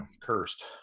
cursed